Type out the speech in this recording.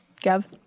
Gav